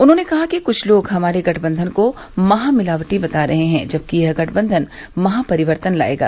उन्होंने कहा कि कुछ लोग हमारे गठबंधन को महामिलावटी बता रहे हैं जबकि यह गठबंधन महापरिवर्तन लायेगा